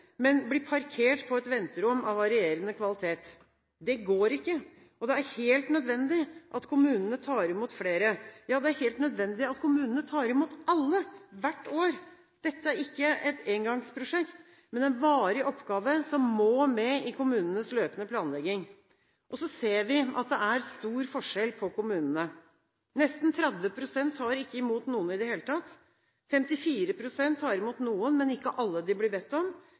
men blir parkert på et venterom av varierende kvalitet. Det går ikke, og det er helt nødvendig at kommunene tar imot flere. Ja, det er helt nødvendig at kommunene tar imot alle hvert år. Dette er ikke et engangsprosjekt, men en varig oppgave som må med i kommunenes løpende planlegging. Vi ser at det er stor forskjell på kommunene. Nesten 30 pst. tar ikke imot noen i det hele tatt. 54 pst. tar imot noen, men ikke alle de blir bedt om.